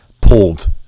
pulled